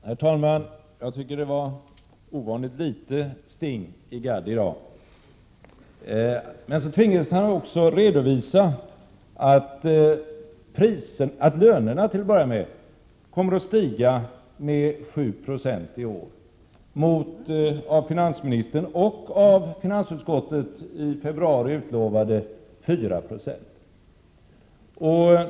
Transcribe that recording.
Herr talman! Jag tycker att det var ovanligt litet sting i Gadd i dag. Men så tvingades han också redovisa att lönerna kommer att stiga med 7 96 i år, mot av finansministern och av finansutskottet i februari utlovade 4 96.